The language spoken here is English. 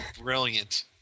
brilliant